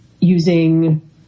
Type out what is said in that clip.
using